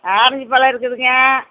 orange பழம் இருக்குதுங்க